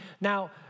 Now